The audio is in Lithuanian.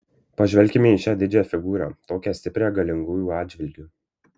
pažvelkime į šią didžią figūrą tokią stiprią galingųjų atžvilgiu